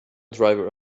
driver